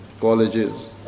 colleges